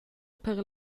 per